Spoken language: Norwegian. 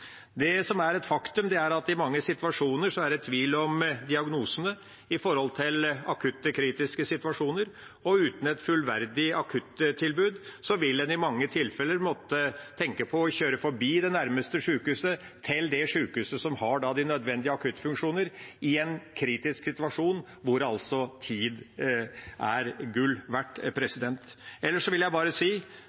Det som er et faktum, er at det i mange tilfeller er tvil om diagnosene i akutte, kritiske situasjoner. Uten et fullverdig akuttilbud vil en i mange tilfeller måtte tenke på å kjøre forbi det nærmeste sjukehuset til det sjukehuset som har de nødvendige akuttfunksjonene, i en kritisk situasjon der tid er gull verdt. Ellers: Når det refereres til diskusjonen i Nordland i 1997 om ett sjukehus, kan jeg si